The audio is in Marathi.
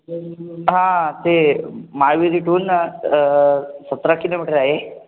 हा ते महावीर इथून सतरा किलोमीटर आहे